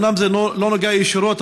אומנם זה לא נוגע ישירות,